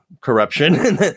corruption